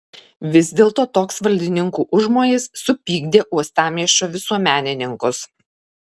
vis dėlto toks valdininkų užmojis supykdė uostamiesčio visuomenininkus